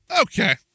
Okay